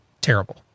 Terrible